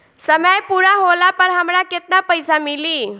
समय पूरा होला पर हमरा केतना पइसा मिली?